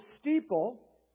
steeple